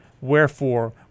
Wherefore